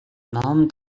ном